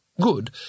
Good